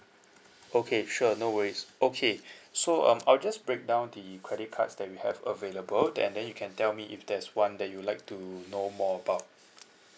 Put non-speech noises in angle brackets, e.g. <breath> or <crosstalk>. okay sure no worries okay <breath> so um I'll just break down the credit cards that we have available th~ and then you can tell me if there's one that you'd like to know more about